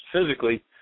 physically